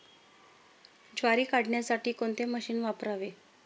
ज्वारी काढण्यासाठी कोणते मशीन वापरावे?